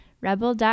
rebel